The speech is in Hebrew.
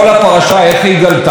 אלא חקרו מקרה אחר,